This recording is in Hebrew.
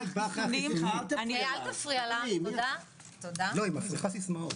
היא מפריחה סיסמאות.